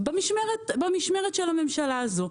במשמרת של הממשלה הזו.